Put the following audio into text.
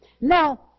Now